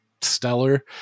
stellar